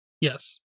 Yes